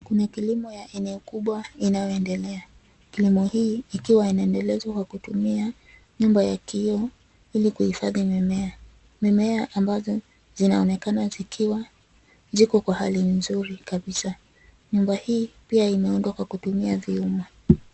Kuna kilimo ya eneo kubwa inayoendelea. Kilimo hii ikiwa inaendelezwa kwa kutumia nyumba ya kioo ili kuhifadhi mimea. Mimea ambazo zinaonekana zikiwa ziko kwa hali nzuri kabisa. Nyumba hii pia imeundwa kwa kutumia vyuma.